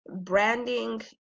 branding